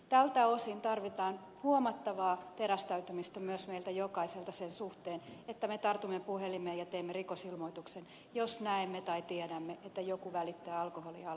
tältä osin tarvitaan huomattavaa terästäytymistä myös meistä jokaiselta sen suhteen että me tartumme puhelimeen ja teemme rikosilmoituksen jos näemme tai tiedämme että joku välittää alkoholia alaikäiselle